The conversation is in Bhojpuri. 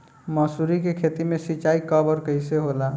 मसुरी के खेती में सिंचाई कब और कैसे होला?